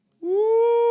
Woo